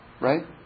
right